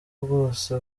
bwose